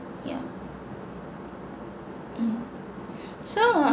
yeah mm so ah